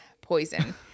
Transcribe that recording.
poison